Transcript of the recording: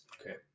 Okay